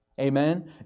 Amen